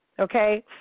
Okay